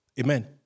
Amen